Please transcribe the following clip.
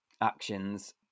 actions